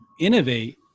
innovate